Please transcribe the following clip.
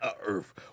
Earth